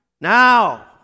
Now